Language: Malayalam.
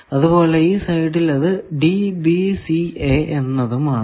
അതുപോലെ ഈ സൈഡിൽ അത് D B C A എന്നതും ആണ്